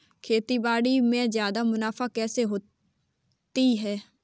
खेतीबाड़ी में ज्यादा पैदावार कैसे होती है?